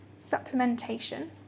supplementation